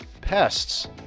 pests